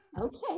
okay